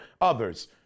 others